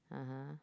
(uh huh)